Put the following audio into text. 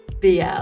BL